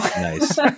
nice